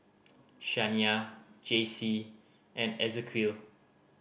Shaniya Jaycee and Ezequiel